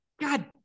God